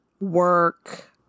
Work